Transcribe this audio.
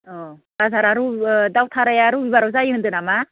अह बाजारा र'बिबा ओह दावथाराया रबिबाराव जायो होन्दों नामा